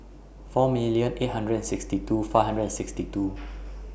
four million eight hundred and sixty two five hundred and sixty two